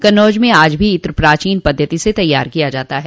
कन्नौज में आज भी इत्र प्राचीन पद्धति से तैयार किया जाता है